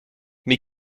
mais